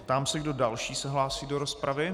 Ptám se, kdo další se hlásí do rozpravy.